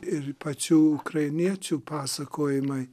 ir pačių ukrainiečių pasakojimai